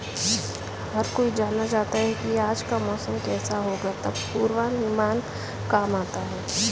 हर कोई जानना चाहता है की आज का मौसम केसा होगा तब पूर्वानुमान काम आता है